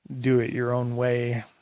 do-it-your-own-way